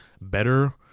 better